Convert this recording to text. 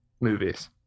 movies